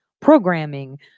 programming